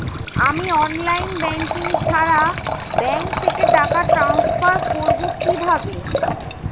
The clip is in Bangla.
আমি অনলাইন ব্যাংকিং ছাড়া ব্যাংক থেকে টাকা ট্রান্সফার করবো কিভাবে?